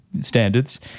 standards